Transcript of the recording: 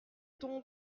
tombe